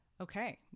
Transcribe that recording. Okay